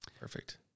Perfect